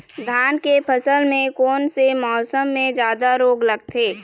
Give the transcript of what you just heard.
धान के फसल मे कोन से मौसम मे जादा रोग लगथे?